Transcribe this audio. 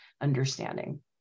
understanding